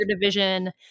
division